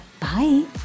Bye